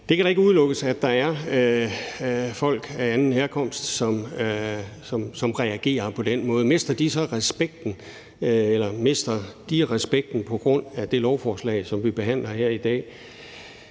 Det kan da ikke udelukkes, at der er folk af anden herkomst, som reagerer på den måde. Mister de respekten på grund af det lovforslag, som vi behandler her i dag?